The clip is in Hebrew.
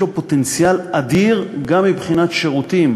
ויש לו פוטנציאל אדיר גם מבחינת שירותים